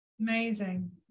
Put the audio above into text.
amazing